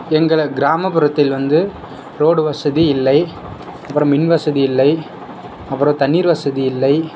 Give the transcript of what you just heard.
எங்கள் கிராமப்புறத்தில் வந்து ரோடு வசதி இல்லை அப்புறம் மின் வசதி இல்லை அப்புறம் தண்ணீர் வசதி இல்லை